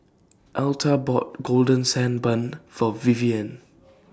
Elta bought Golden Sand Bun For Vivienne